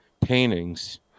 paintings